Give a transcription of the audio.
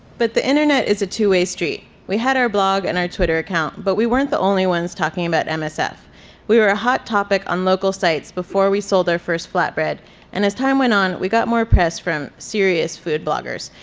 but the internet is a two-way street. we had our blog and our twitter account, but we weren't the only ones talking about um so msf. we were a hot topic on local sites before we sold our first flatbread and as time went on we got more press from serious food bloggers,